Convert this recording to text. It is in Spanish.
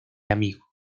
amigo